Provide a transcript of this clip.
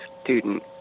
student